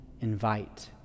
invite